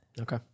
Okay